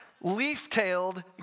leaf-tailed